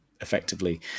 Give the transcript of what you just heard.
effectively